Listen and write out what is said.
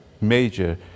major